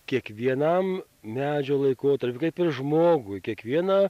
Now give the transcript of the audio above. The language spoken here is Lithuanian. kiekvienam medžio laikotarpiui kaip ir žmogui kiekvieną